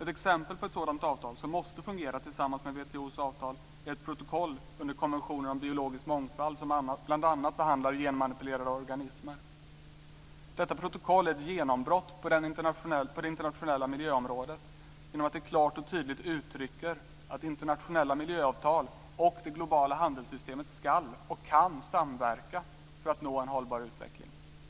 Ett exempel på ett sådant avtal som måste fungera tillsammans med WTO:s avtal finns i ett protokoll under konventionen om biologisk mångfald som bl.a. behandlar genmanipulerade organismer. Detta protokoll är ett genombrott på det internationella miljöområdet genom att det klart och tydligt uttrycker att internationella miljöavtal och det globala handelssystemet ska och kan samverka för att man ska nå en hållbar utveckling.